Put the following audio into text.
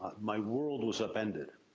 my world was upended.